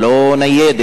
משטרה, לא ניידת.